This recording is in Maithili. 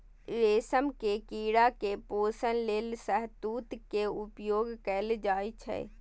रेशम के कीड़ा के पोषण लेल शहतूत के उपयोग कैल जाइ छै